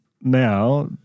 now